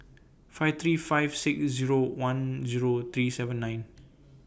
five three five six Zero one Zero three seven nine